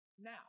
now